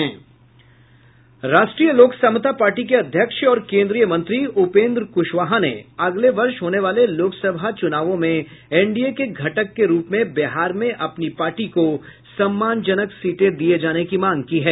राष्ट्रीय लोक समता पार्टी के अध्यक्ष और केंद्रीय मंत्री उपेंद्र क्शवाहा ने अगले वर्ष होने वाले लोक सभा चूनावों में एनडीए के घटक के रुप में बिहार में अपनी पार्टी को सम्मानजनक सीटें दिये जाने की मांग की है